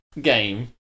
game